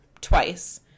twice